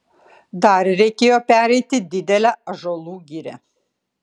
dar reikėjo pereiti didelę ąžuolų girią